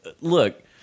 look